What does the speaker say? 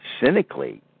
cynically